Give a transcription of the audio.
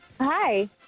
Hi